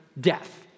death